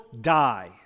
die